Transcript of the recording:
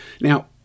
Now